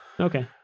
Okay